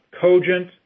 cogent